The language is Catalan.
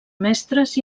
mestres